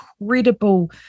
incredible